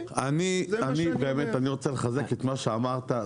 אני רוצה לחזק את מה שאמרת,